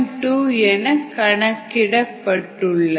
2 என கணிக்கப்பட்டுள்ளது